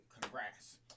congrats